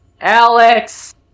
Alex